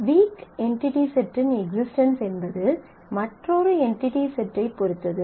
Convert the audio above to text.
week entity செட்டின் existence என்பது மற்றொரு என்டிடி செட் ஐப் பொறுத்தது